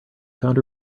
found